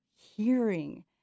hearing